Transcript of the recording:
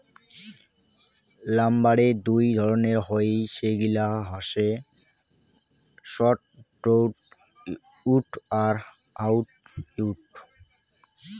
লাম্বারের দুই ধরণের হই, সেগিলা হসে সফ্টউড আর হার্ডউড